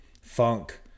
funk